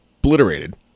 obliterated